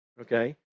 Okay